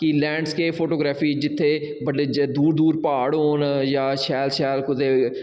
कि landscape photography जित्थै बड्डे दूर दूर प्हाड़ होन जां शैल शैल कुतै